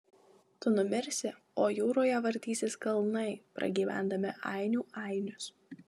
tu numirsi o jūroje vartysis kalnai pragyvendami ainių ainius